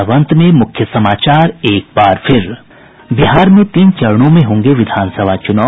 और अब अंत में मुख्य समाचार बिहार में तीन चरणों में होंगे विधानसभा चुनाव